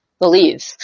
believe